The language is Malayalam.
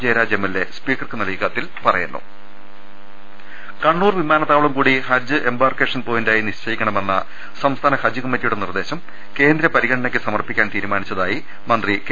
ജയരാജ് എംഎൽഎ സ്പീക്കർക്ക് നൽകിയ കത്തിൽ പറയുന്നു കണ്ണൂർ വിമാനത്താവളം കൂടി ഹജ്ജ് എംബാർക്കേഷൻ പോയിന്റായി നിശ്ചയിക്കണമെന്ന സംസ്ഥാന ഹജ്ജ് കമ്മറ്റിയുടെ നിർദേശം കേന്ദ്ര പരിഗണനയ്ക്ക് സമർപ്പിക്കാൻ തീരുമാനിച്ചതായി മന്ത്രി കെ